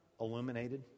illuminated